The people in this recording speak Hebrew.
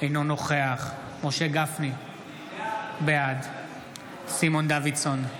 אינו נוכח משה גפני, בעד סימון דוידסון,